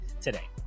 today